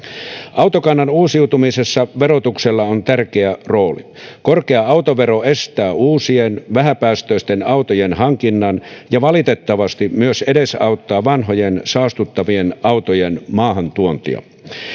autokannan uusiutumisessa verotuksella on tärkeä rooli korkea autovero estää uusien vähäpäästöisten autojen hankinnan ja valitettavasti myös edesauttaa vanhojen saastuttavien autojen maahantuontia